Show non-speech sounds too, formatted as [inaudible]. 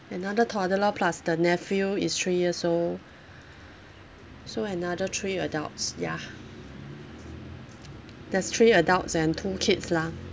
another toddler plus the nephew is three years old [breath] so another three adults ya there's three adults and two kids lah